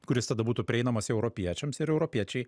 kuris tada būtų prieinamas europiečiams ir europiečiai